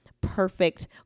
perfect